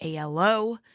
ALO